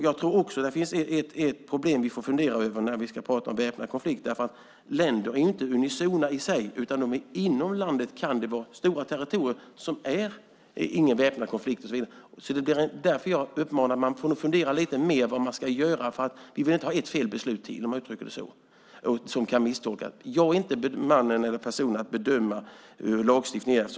Jag tror också att det finns ett problem som vi får fundera över när vi talar om väpnad konflikt, nämligen att länder ju inte är unisona i sig utan det kan inom ett land finnas stora territorier där det inte förekommer någon väpnad konflikt. Därför menar jag att man nog får fundera lite mer över vad man ska göra. Vi vill inte ha ett felbeslut till som kan misstolkas, om jag uttrycker det så. Jag är dock inte rätt person att bedöma hur lagstiftningen fungerar.